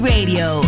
Radio